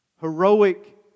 Heroic